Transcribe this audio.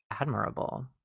admirable